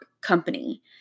company